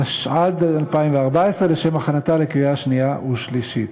התשע"ד 2014, לשם הכנתה לקריאה שנייה ושלישית.